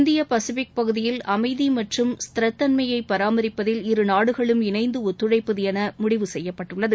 இந்திய பசிபிக் பகுதியில் அமைதி மற்றும் ஸ்திரத்தன்மையை பராமரிப்பதில் இரு நாடுகளும் இணைந்து ஒத்துழைப்பது என முடிவு செய்யப்பட்டுள்ளது